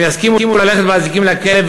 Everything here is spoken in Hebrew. הם יסכימו ללכת באזיקים לכלא,